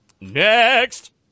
Next